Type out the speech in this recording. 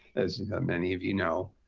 as many of you know,